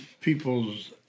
people's